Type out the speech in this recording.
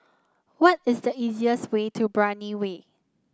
why is the easiest way to Brani Way